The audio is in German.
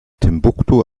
timbuktu